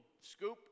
scoop